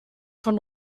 von